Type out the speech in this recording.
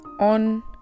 on